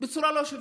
בצורה לא שוויונית.